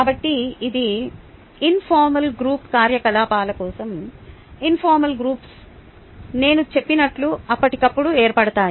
కాబట్టి ఇది informal group కార్యకలాపాల కోసం ఇన్ఫార్మల్ గ్రూప్స్ నేను చెప్పినట్టు అప్పటికప్పుడు ఏర్పడతాయి